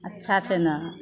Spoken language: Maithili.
अच्छा छै ने